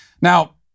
Now